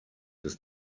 des